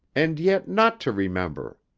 and yet not to remember.